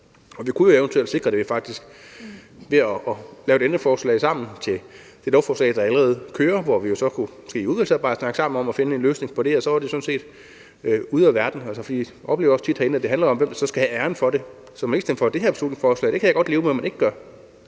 vi kunne jo faktisk eventuelt sikre det ved sammen at lave et ændringsforslag til det lovforslag, der allerede kører, hvor vi måske så i udvalgsarbejdet kunne snakke sammen om at finde en løsning på det, og det sådan set så var ude af verden. For vi oplever jo også tit herinde, at det handler om, hvem der så skal have æren for det. Så hvis man ikke kan stemme for det her beslutningsforslag – det kan jeg godt leve med at man ikke gør